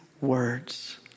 words